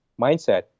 mindset